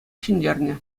ҫӗнтернӗ